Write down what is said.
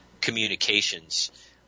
communications